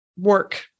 work